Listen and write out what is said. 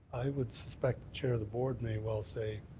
i would suspect the chair of the board may well say